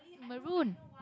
maroon